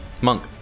Monk